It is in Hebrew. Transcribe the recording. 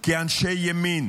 כי אנשי ימין